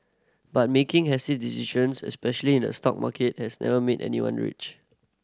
but making hasty decisions especially in the stock market has never made anyone rich